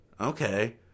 Okay